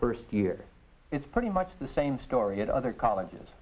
first year it's pretty much the same story at other colleges